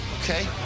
okay